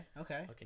okay